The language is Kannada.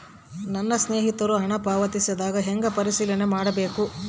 ನನ್ನ ಸ್ನೇಹಿತರು ಹಣ ಪಾವತಿಸಿದಾಗ ಹೆಂಗ ಪರಿಶೇಲನೆ ಮಾಡಬೇಕು?